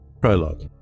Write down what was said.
Prologue